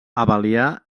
abelià